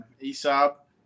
Aesop